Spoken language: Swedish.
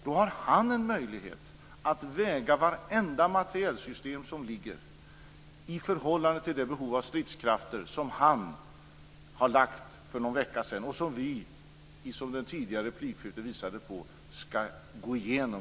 Då har han möjlighet att väga vartenda materielsystem som ligger i förhållande till det behov av stridskrafter som han presenterade för någon vecka sedan och som vi - som det tidigare replikskiftet visade på - givetvis skall gå igenom.